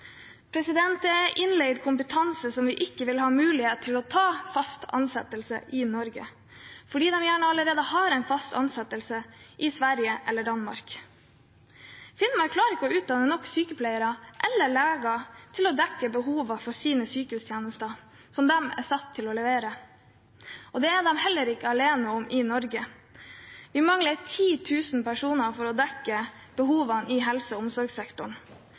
er innleid kompetanse som ikke ville ha mulighet til å ha fast ansettelse i Norge, fordi de gjerne allerede har en fast ansettelse i Sverige eller Danmark. Finnmark klarer ikke å utdanne nok sykepleiere eller leger til å dekke behovet for sykehustjenestene de er satt til å levere. Det er de heller ikke alene om i Norge. Vi mangler 10 000 personer for å dekke behovet i helse- og omsorgssektoren.